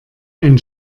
ein